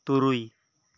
ᱛᱩᱨᱩᱭ